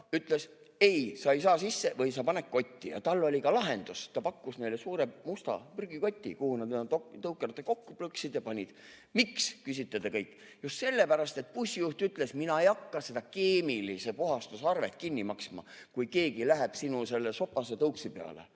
ütles: ei, sa ei saa sisse, aga sa võid kotti panna. Ja tal oli ka lahendus, ta pakkus neile suure musta prügikoti, kuhu nad tõukeratta kokku plõksituna panid. Miks, küsite te kõik. Just sellepärast, et bussijuht ütles: mina ei hakka seda keemilise puhastuse arvet kinni maksma, kui keegi läheb selle sinu sopase tõuksi vastu.